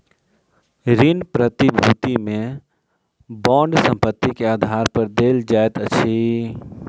ऋण प्रतिभूति में बांड संपत्ति के आधार पर देल जाइत अछि